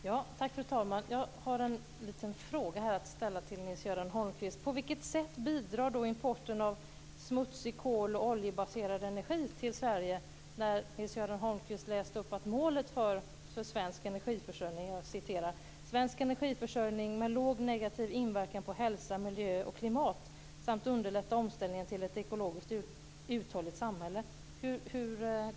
Fru talman! Jag har en fråga till Nils-Göran Holmqvist: På vilket sätt bidrar importen av smutsig kol och oljebaserad energi till Sverige? Nils-Göran Holmqvist talade här om målet för svensk energiförsörjning, om svensk energiförsörjning med låg negativ inverkan på hälsa, miljö och klimat samt om att underlätta omställningen till ett ekologiskt uthålligt samhälle.